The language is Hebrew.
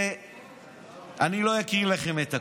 אני לא אקריא לכם את הכול.